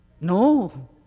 no